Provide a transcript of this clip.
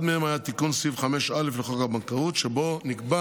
אחד מהם היה תיקון סעיף 5א לחוק הבנקאות, שבו נקבע